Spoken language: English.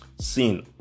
seen